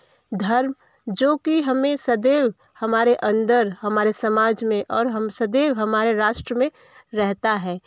धर्म जो कि हमें सदैव हमारे अंदर हमारे समाज में और हम सदैव हमारे राष्ट्र में रहता है